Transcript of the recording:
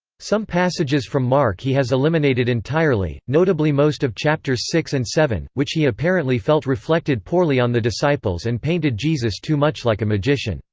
some passages from mark he has eliminated entirely, notably most of chapters six and seven, which he apparently felt reflected poorly on the disciples and painted jesus too much like a magician.